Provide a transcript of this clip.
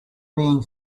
being